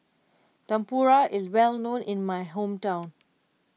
Tempura is well known in my hometown